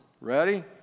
Ready